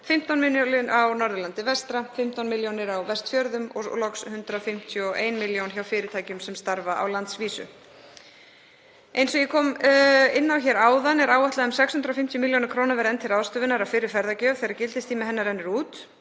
15 millj. kr. á Norðurlandi vestra, 15 millj. kr. á Vestfjörðum og loks 151 millj. kr. hjá fyrirtækjum sem starfa á landsvísu. Eins og ég kom inn á áðan er áætlað að um 650 millj. kr. verði enn til ráðstöfunar af fyrri ferðagjöf þegar gildistími hennar rennur út.